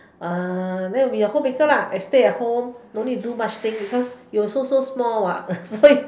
uh then you be a homemaker lah and you stay at home not need to do much things because you also so small what